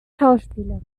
schauspielerin